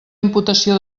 imputació